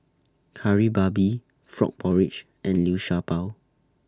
Kari Babi Frog Porridge and Liu Sha Bao